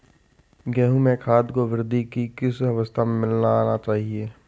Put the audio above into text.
गेहूँ में खाद को वृद्धि की किस अवस्था में मिलाना चाहिए?